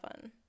fun